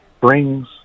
brings